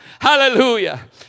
hallelujah